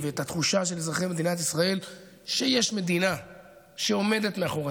לוחמינו ומפקדינו עושים את זה עכשיו בחירוף